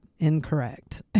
incorrect